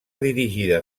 dirigida